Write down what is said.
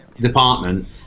department